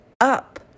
up